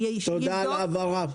תודה על ההבהרה.